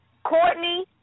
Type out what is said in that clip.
Courtney